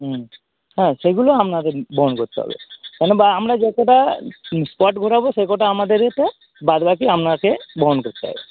হুম হ্যাঁ সেগুলো আপনাদের বহন করতে হবে মানে বা আমরা যতোটা স্পট ঘোরাবো সে কটা আমাদের এতে বাদ বাকি আপনাকে বহন করতে হবে